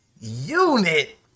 unit